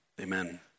amen